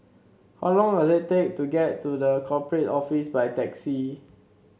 how long does it take to get to The Corporate Office by taxi